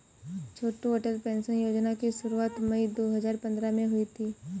छोटू Atal pension योजना की शुरुआत मई दो हज़ार पंद्रह में हुई थी